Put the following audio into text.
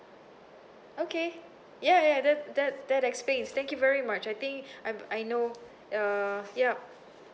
okay ya ya that that that explains thank you very much I think I'm I know uh yup